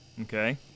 Okay